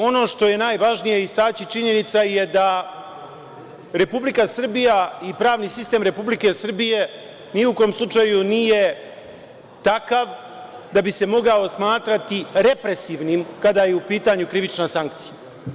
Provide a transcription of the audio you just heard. Ono što je najvažnije istaći činjenica je da Republika Srbija i pravni sistem Republike Srbije ni u kom slučaju nije takav da bi se mogao smatrati represivnim kada je u pitanju krivična sankcija.